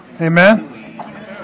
Amen